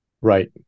right